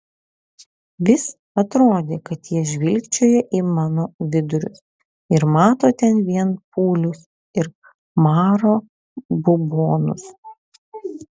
vis atrodė kad jie žvilgčioja į mano vidurius ir mato ten vien pūlius ir maro bubonus